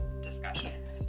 discussions